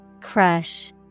Crush